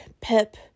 Pip